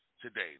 today